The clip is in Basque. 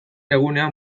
egunean